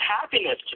happiness